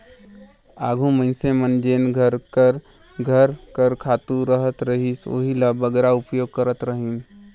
आघु मइनसे मन जेन घर कर घर कर खातू रहत रहिस ओही ल बगरा उपयोग करत रहिन